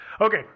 Okay